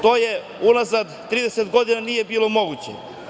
To unazad 30 godina nije bilo moguće.